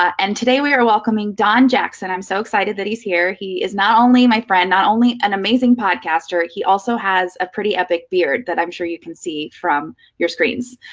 and today, we are welcoming don jackson. i'm so excited that he's here. he is not only my friend, not only an amazing podcaster, he also has a pretty epic beard that i'm sure you can see from your screens.